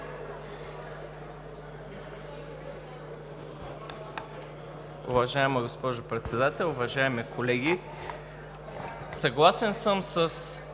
Уважаема госпожо Председател, уважаеми колеги! Съгласен съм с